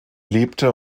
lebte